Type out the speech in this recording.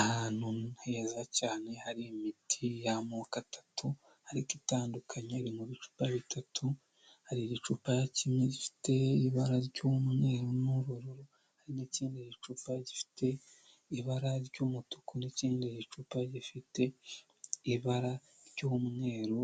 Ahantu heza cyane hari imiti y'amoko atatu ariko itandukanye, iri mu bicupa bitatu, hari igicupa kimwe gifite ibara ry'umweru n'ubururu, hari n'ikindi gicupa gifite ibara ry'umutuku n'ikindi gicupa gifite ibara ry'umweru